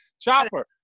Chopper